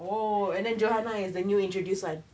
oh and then johanna is the new introduced [one]